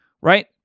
right